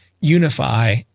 unify